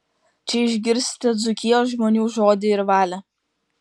čia išgirsite dzūkijos žmonių žodį ir valią